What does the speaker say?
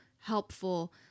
helpful